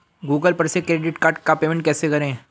Google पर से credit card का पेमेंट कैसे करें?